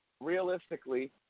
realistically